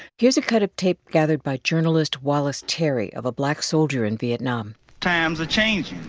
here's a cut of tape gathered by journalist wallace terry of a black soldier in vietnam times are changing.